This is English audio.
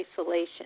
isolation